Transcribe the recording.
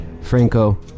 Franco